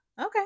Okay